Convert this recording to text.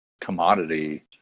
commodity